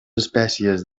espècies